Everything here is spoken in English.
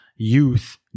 Youth